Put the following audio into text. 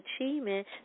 Achievement